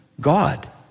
God